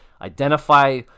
identify